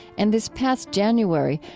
and this past january,